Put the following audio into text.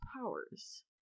powers